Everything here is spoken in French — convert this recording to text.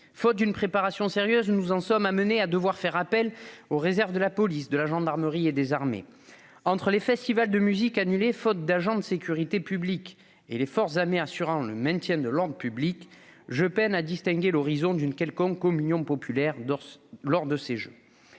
Faute d'une préparation sérieuse, nous en sommes amenés à devoir faire appel aux réserves de la police, de la gendarmerie et des armées. Entre les festivals de musique annulés, faute d'agents de sécurité publique et de membres des forces armées assurant le maintien de l'ordre public, je peine à distinguer l'horizon d'une quelconque communion populaire lors de ces Jeux.